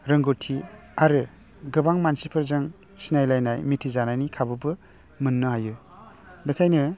रोंगौथि आरो गोबां मानसिफोरजों सिनायलायनाय मिथिजानायनि खाबुबो मोन्नो हायो बेखायनो